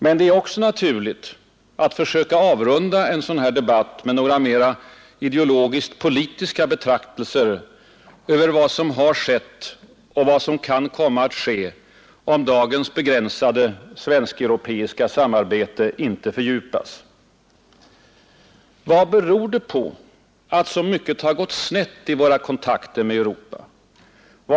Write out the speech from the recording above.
Men det är också naturligt att försöka avrunda debatten med några mera ideologiskt-politiska betraktel ser över vad som skett och över vad som kan komma att ske om dagens Nr 137 begränsade svensk-europeiska samarbete nte fördjupas. Torsdagen den Vad beror det på att så mycket gått snett i våra kontakter med 2 december 1971 Europa?